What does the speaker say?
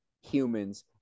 humans